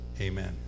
Amen